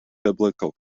biblical